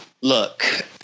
look